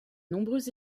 nombreux